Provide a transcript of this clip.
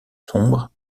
sombres